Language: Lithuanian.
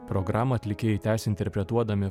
programą atlikėjai tęsia interpretuodami